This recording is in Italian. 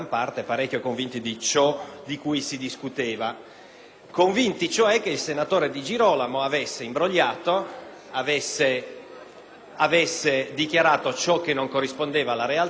convinti cioè che il senatore Di Girolamo avesse imbrogliato, avesse dichiarato ciò che non corrispondeva alla realtà e, in particolare, avesse